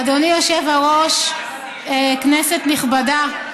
אדוני היושב-ראש, כנסת נכבדה,